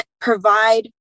provide